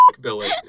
Billy